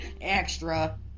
extra